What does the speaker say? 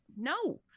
no